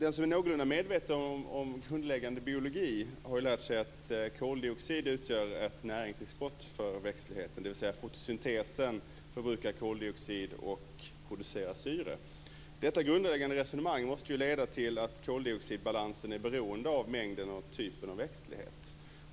Den som är någorlunda medveten om grundläggande biologi har ju lärt sig att koldioxid utgör ett näringstillskott för växtligheten, dvs. fotosyntesen förbrukar koldioxid och producerar syre. Detta grundläggande resonemang måste ju leda till att koldioxidbalansen är beroende av mängden och typen av växtlighet.